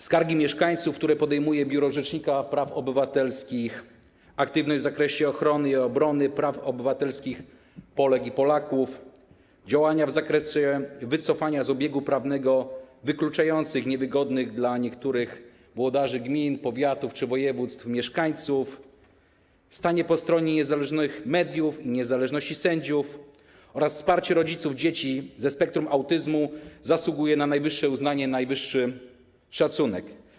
Skargi mieszkańców, które podejmuje Biuro Rzecznika Praw Obywatelskich, aktywność w zakresie ochrony i obrony praw obywatelskich Polek i Polaków, działania w zakresie wycofania z obiegu prawnego aktów wykluczających niewygodnych dla niektórych włodarzy gmin, powiatów czy województw mieszkańców, stanie po stronie niezależnych mediów i niezależności sędziów oraz wsparcie rodziców dzieci ze spektrum autyzmu zasługują na najwyższe uznanie, najwyższy szacunek.